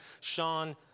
Sean